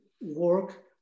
work